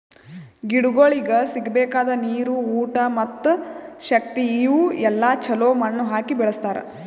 ಗಿಡಗೊಳಿಗ್ ಸಿಗಬೇಕಾದ ನೀರು, ಊಟ ಮತ್ತ ಶಕ್ತಿ ಇವು ಎಲ್ಲಾ ಛಲೋ ಮಣ್ಣು ಹಾಕಿ ಬೆಳಸ್ತಾರ್